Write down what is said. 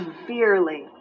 severely